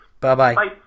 Bye-bye